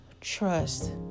Trust